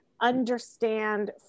understand